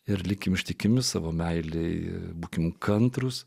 ir likime ištikimi savo meilei būkime kantrūs